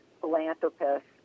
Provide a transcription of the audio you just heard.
philanthropists